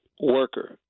worker